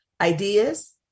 Ideas